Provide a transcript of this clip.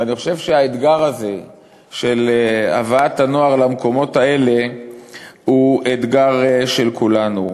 ואני חושב שהאתגר הזה של הבאת הנוער למקומות האלה הוא אתגר של כולנו.